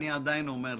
אני עדיין אומר לכם,